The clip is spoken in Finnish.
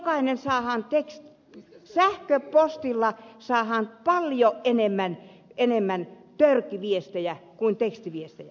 me jokainen saamme sähköpostilla paljon enemmän törkyviestejä kuin tekstiviesteinä